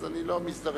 אז אני לא מזדרז.